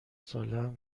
سالهام